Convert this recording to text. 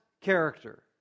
character